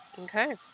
Okay